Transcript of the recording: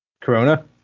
Corona